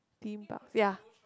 Theme Park ya